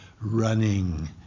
running